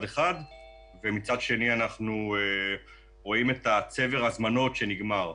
אחד ומצד שני אנחנו רואים את צבר ההזמנות שנגמר.